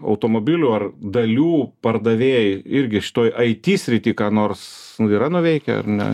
automobilių ar dalių pardavėjai irgi šitoj aiti srityje ką nors yra nuveikę ar ne